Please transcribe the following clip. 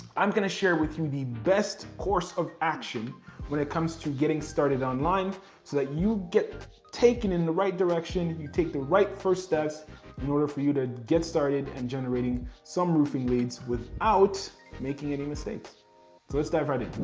i'm gonna share with you the best course of action when it comes to getting started online so that you get taken in the right direction, and you take the right first steps in order for you to get started in generating some roofing leads without making any mistakes. so let's dive right in.